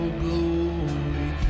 glory